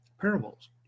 Parables